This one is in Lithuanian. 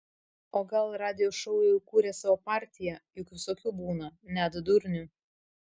o gal radijo šou jau įkūrė savo partiją juk visokių būna net durnių